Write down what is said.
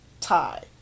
tie